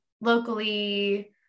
locally